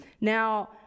Now